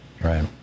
Right